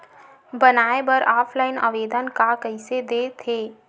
बनाये बर ऑफलाइन आवेदन का कइसे दे थे?